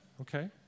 okay